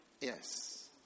Yes